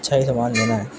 اچھا ہی سامان لینا ہے